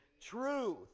truth